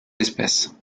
espèce